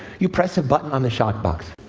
you press a button on the shock box.